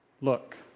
look